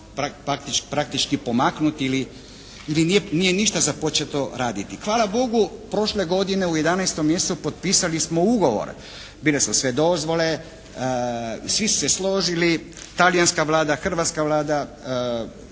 praktički pomaknut ili nije ništa započeto raditi. Hvala Bogu, prošle godine u 11. mjesecu potpisali smo ugovor, bile su sve dozvole, svi su se složili, talijanska Vlada, hrvatska Vlada,